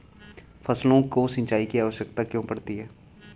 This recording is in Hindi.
फसलों को सिंचाई की आवश्यकता क्यों पड़ती है?